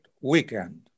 weekend